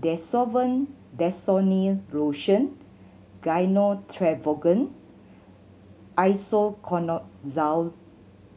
Desowen Desonide Lotion Gyno Travogen Isoconazole